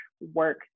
work